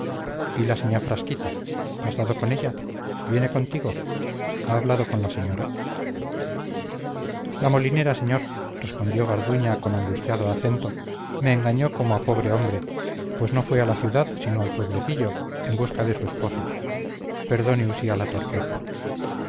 y la señá frasquita has dado con ella viene contigo ha hablado con la señora la molinera señor respondió garduña con angustiado acento me engañó como a un pobre hombre pues no se fue a la ciudad sino al pueblecillo en busca de su esposo perdone usía la torpeza